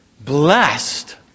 Blessed